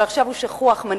אבל עכשיו הוא שכוח מנהיגים,